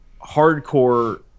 hardcore